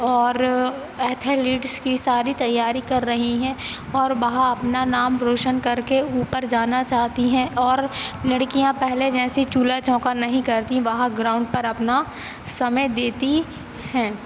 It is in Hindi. और एथैलिट्स की सारी तैयारी कर रही हैं और बहा अपना नाम रौशन करके ऊपर जाना चाहती हैं और लडकियाँ पहले जैसीं चूल्हा चौंका नहीं करती वहा ग्राउंड पर अपना समय देती हैं